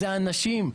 זה אנשים,